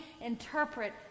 interpret